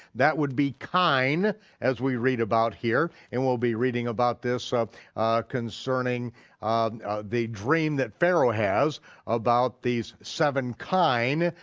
that would be kine as we read about here and we'll be reading about this concerning the dream that pharaoh has about these seven kine,